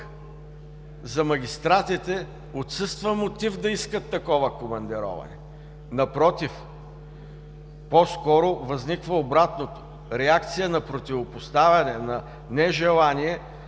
за магистратите отсъства мотив да искат такова командироване. Напротив, по-скоро възниква обратното – реакция на противопоставяне, на нежелание